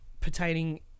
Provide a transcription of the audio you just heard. pertaining